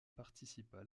participa